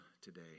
today